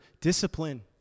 discipline